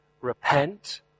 Repent